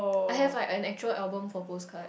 I have like an actual album for postcard